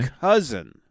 cousin